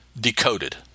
decoded